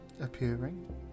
appearing